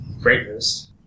greatness